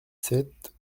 sept